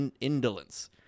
indolence